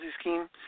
scheme